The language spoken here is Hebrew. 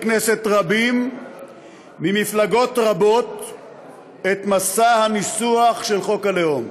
כנסת רבים ממפלגות רבות את מסע הניסוח של חוק הלאום.